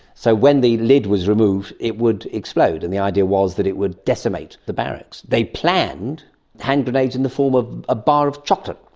so when the lid was removed it would explode, and the idea was that it would decimate the barracks. they planned hand grenades in the form of a bar of chocolate,